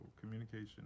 Communication